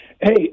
Hey